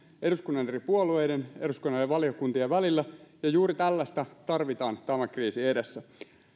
eduskunnan eri puolueiden ja eduskunnan eri valiokuntien välillä ja juuri tällaista tarvitaan tämän kriisin edessä